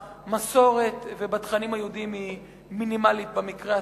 במסורת ובתכנים היהודיים היא מינימלית במקרה הטוב.